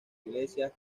iglesias